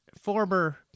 former